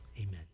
Amen